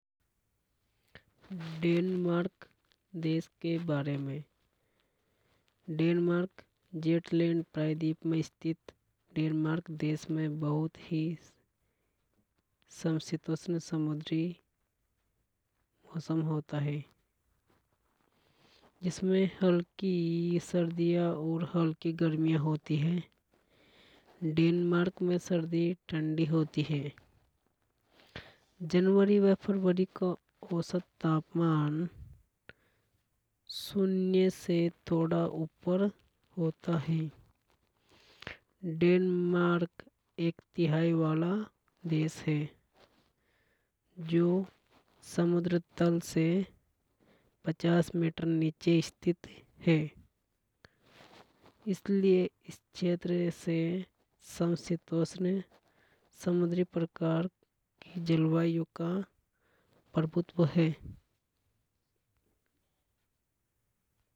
डेनमार्क देश के बारे मे डेनमार्क जेटलैंड प्रायद्वीप में स्थित डेनमार्क देश में बहुत ही समशीतोष्ण समुद्री मौसम होता है। जिसमें हल्की सर्दियां और हल्की गर्मियां होती है डेनमार्क में सर्दी ठंडी होती है। जनवरी व फरवरी का औसत तापमान शून्य से तोड़ा ऊपर होता हे डेनमार्क एकतिहाई वाला देश हे जो समुद्र तल से पचास मीटर नीचे स्थित हे इसलिए इस क्षेत्र से समशीतोष्ण समुद्री प्रकार जलवायु का प्रभुत्व है।